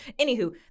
Anywho